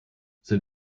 sind